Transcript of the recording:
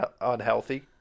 unhealthy